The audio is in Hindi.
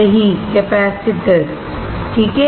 सही कैपेसिटर ठीक है